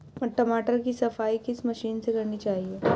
टमाटर की सफाई किस मशीन से करनी चाहिए?